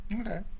Okay